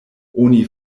oni